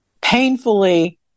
painfully